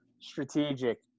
strategic